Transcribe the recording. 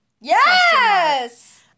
Yes